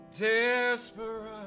Desperate